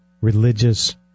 religious